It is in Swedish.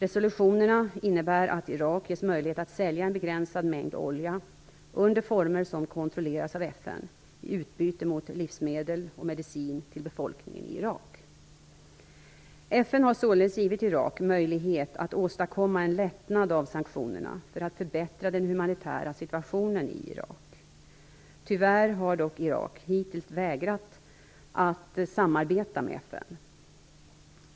Resolutionerna innebär att Irak ges möjlighet att sälja en begränsad mängd olja, under former som kontrolleras av FN, i utbyte mot livsmedel och medicin till befolkningen i Irak. FN har således givit Irak möjlighet att åstadkomma en lättnad av sanktionerna för att förbättra den humanitära situationen i Irak. Tyvärr har dock Irak hittills vägrat att samarbeta med FN.